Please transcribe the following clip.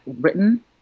written